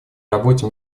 работе